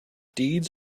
deeds